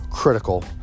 critical